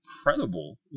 incredible